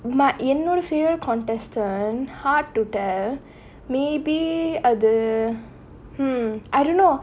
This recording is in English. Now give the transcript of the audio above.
but என்னோட:ennoda favourite contestant [one] hard to tell maybe be அது:athu mmhmm I don't know